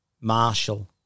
Marshall